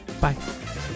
Bye